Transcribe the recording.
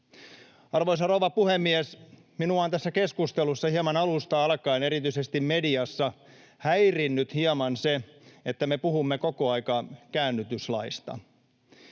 Arvoisa rouva puhemies! Minua on tässä keskustelussa alusta alkaen, erityisesti mediassa, häirinnyt hieman se, että me puhumme koko ajan käännytyslaista.